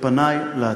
ופני לעתיד.